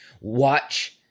watch